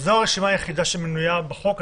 זו הרשימה היחידה שמנויה בחוק.